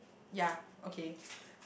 ya okay